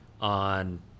on